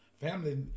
Family